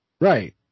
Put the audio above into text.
Right